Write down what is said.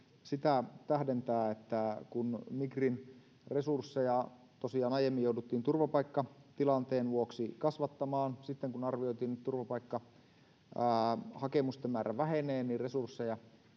sitä että kun migrin resursseja aiemmin jouduttiin turvapaikkatilanteen vuoksi kasvattamaan ja arvioitiin että turvapaikkahakemusten määrä vähenee ja resursseja